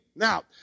Now